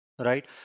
right